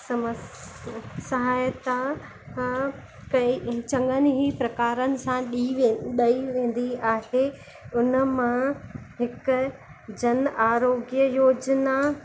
समस्या सहायता हा कई चङनि ई प्रकारनि सां ॾी ॾई वेंदी आहे उनमां हिकु जन आरोग्य योजना